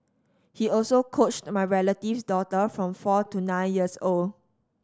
he also coached my relative's daughter from four to nine years old